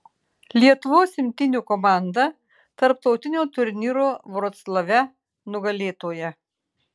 lietuvos imtynių komanda tarptautinio turnyro vroclave nugalėtoja